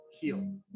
heal